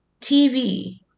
TV